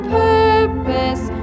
purpose